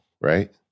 right